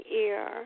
ear